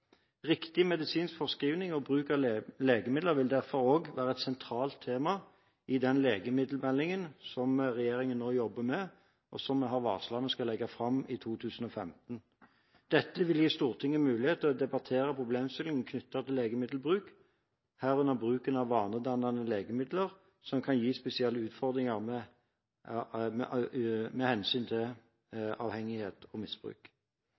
Riktig medisinsk forskrivning og bruk av legemidler vil derfor også være et sentralt tema i den legemiddelmeldingen som regjeringen nå jobber med, og som vi har varslet at vi skal legge fram i 2015. Dette vil gi Stortinget muligheter til å debattere problemstillinger knyttet til legemiddelbruk, herunder bruken av vanedannende legemidler som kan gi spesielle utfordringer med hensyn til avhengighet og misbruk.